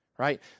right